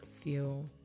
feel